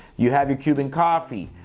you have your cuban coffee.